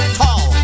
tall